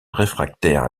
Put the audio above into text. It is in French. réfractaire